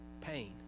pain